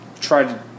tried